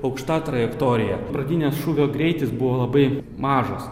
aukšta trajektorija pradinis šūvio greitis buvo labai mažas